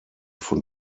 von